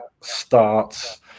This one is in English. starts